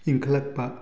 ꯏꯪꯈꯠꯂꯛꯄ